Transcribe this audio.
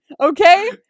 Okay